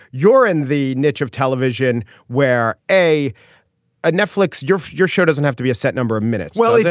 you're in the niche of television where a a netflix, you're your show doesn't have to be a set number of minutes. well, yeah